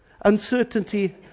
uncertainty